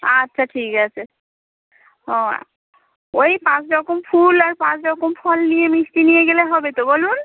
আচ্ছা ঠিক আছে ও ওই পাঁচ রকম ফুল আর পাঁচ রকম ফল নিয়ে মিষ্টি নিয়ে গেলে হবে তো বলুন